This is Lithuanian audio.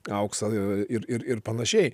auksą ir ir ir panašiai